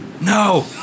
No